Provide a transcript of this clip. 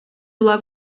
була